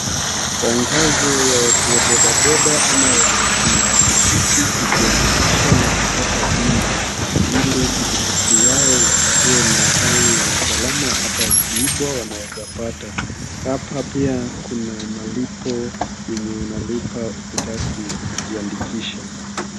Tangazo ya watu wa bodaboda ama wenye wako na pikipiki kujiandikisha na kupata bima ili pikipiki yao wakuwe na hali ya usalama ata ikiibwa wanaeza pata. Hapa pia kuna malipo yenye unalipa ukitaka kujiandikisha.